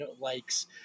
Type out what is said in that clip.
likes